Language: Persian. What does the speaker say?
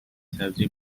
سبزی